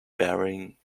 bearing